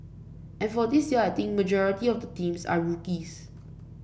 and for this year I think majority of the teams are rookies